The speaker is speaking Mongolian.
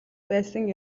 байсан